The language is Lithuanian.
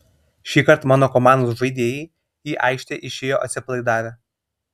šįkart mano komandos žaidėjai į aikštę išėjo atsipalaidavę